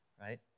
right